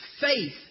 faith